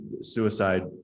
suicide